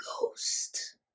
ghost